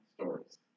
stories